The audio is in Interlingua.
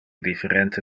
differente